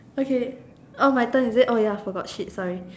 okay oh my turn is it oh ya forgot shit sorry